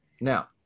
Now